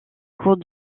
cours